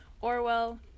Orwell